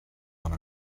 one